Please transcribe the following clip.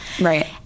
Right